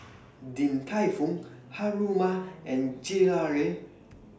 Din Tai Fung Haruma and Gelare